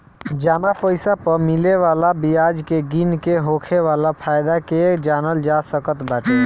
जमा पईसा पअ मिले वाला बियाज के गिन के होखे वाला फायदा के जानल जा सकत बाटे